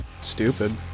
stupid